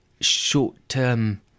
short-term